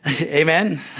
Amen